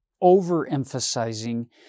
over-emphasizing